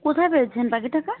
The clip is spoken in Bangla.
কোথায় পেয়েছেন পাখিটাকে